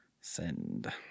Send